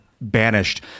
Banished